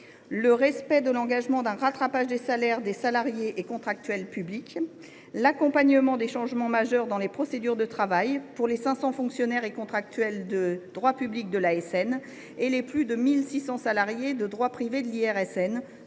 le respect de l’engagement d’un rattrapage des salaires des salariés et contractuels publics ; l’accompagnement des changements majeurs dans les procédures de travail, pour les 500 fonctionnaires et contractuels de droit public de l’ASN et les plus de 1 600 salariés de droit privé de l’IRSN,